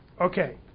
Okay